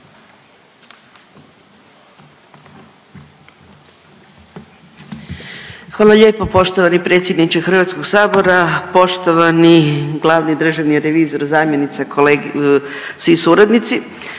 Hvala lijepo poštovani predsjedniče Hrvatskog sabora, poštovani glavni državni revizor, zamjenice, svi suradnici.